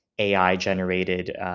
AI-generated